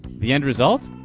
the end result?